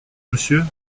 monsieur